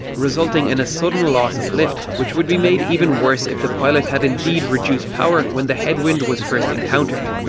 resulting in a sudden loss of lift which would be made even worse if the pilot had indeed reduced power when the headwind was encountered.